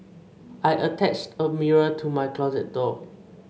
I attached a mirror to my closet door